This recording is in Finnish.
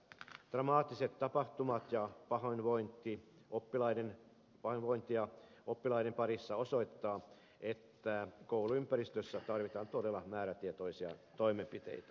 dramaattiset tapahtumat ja pahoinvointi oppilaiden parissa osoittaa että kouluympäristössä tarvitaan todella määrätietoisia toimenpiteitä